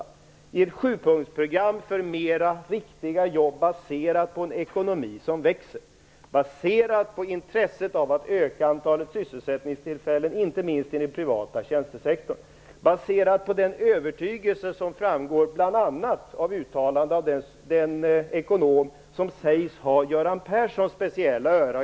Där föreslår vi ett sjupunktsprogram för flera riktiga jobb, baserat på en ekonomi som växer, intresset av att öka antalet sysselsättningstillfällen inte minst i den privata tjänstesektorn och på den övertygelse som framgår bl.a. av uttalanden av en ekonom som sägs ha Göran Perssons speciella öra.